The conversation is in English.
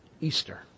Easter